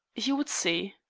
he would see.